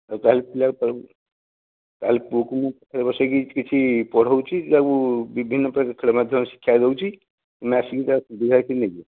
ଆଉ ତା'ହେଲେ ପିଲାକୁ ତା'ହେଲେ ପୁଅକୁ ମୁଁ ବସେଇକି କିଛି ପଢ଼ାଉଛି ତାକୁ ବିଭିନ୍ନପ୍ରକାର ଖେଳ ମାଧ୍ୟମରେ ଶିକ୍ଷା ଦେଉଛି ତୁମେ ଆସିକି ନେଇଯିବ